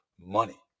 money